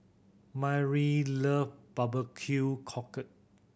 Myrl love barbecue cockle